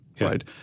right